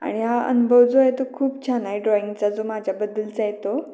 आणि हा अनुभव जो आहे तो खूप छान आहे ड्रॉइंगचा जो माझ्याबद्दलचा आहे तो